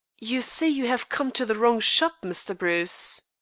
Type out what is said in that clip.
you see you have come to the wrong shop, mr. bruce.